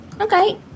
Okay